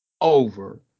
over